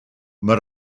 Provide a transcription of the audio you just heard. mae